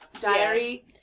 diary